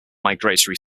migratory